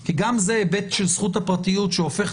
כי גם זה היבט של זכות הפרטיות שהופך